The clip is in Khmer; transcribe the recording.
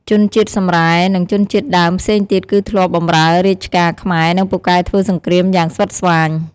ជនជាតិសម្រែ និងជនជាតិដើមផ្សេងទៀតគឺធ្លាប់បម្រើរាជការខ្មែរ និងពូកែធ្វើសង្គ្រាមយ៉ាងស្វិតស្វាញ។